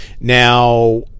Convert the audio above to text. Now